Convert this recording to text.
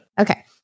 Okay